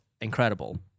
incredible